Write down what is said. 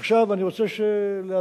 עכשיו, אני רוצה להדגיש,